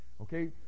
Okay